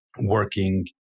working